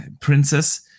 Princess